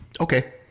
Okay